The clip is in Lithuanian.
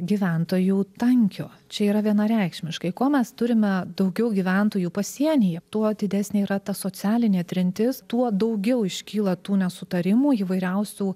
gyventojų tankio čia yra vienareikšmiškai kuo mes turime daugiau gyventojų pasienyje tuo didesnė yra ta socialinė trintis tuo daugiau iškyla tų nesutarimų įvairiausių